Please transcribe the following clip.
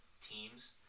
teams